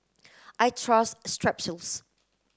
I trust Strepsils